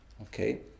Okay